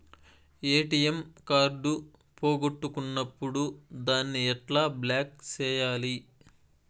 ATM card పోగొట్టుకున్నప్పుడు దాన్ని ఎట్లా బ్లాక్ సేయాలి